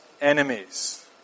enemies